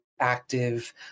active